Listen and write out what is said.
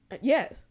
Yes